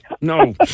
No